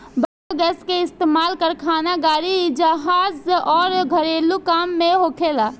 biogas के इस्तमाल कारखाना, गाड़ी, जहाज अउर घरेलु काम में होखेला